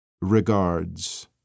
Regards